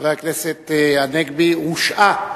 שחבר הכנסת הנגבי הושעה,